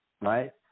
right